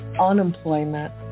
unemployment